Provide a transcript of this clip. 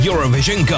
Eurovision